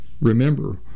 remember